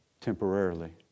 temporarily